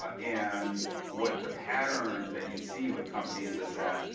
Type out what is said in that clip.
um and what the pattern that you see with companies is that,